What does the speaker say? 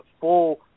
full